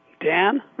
Dan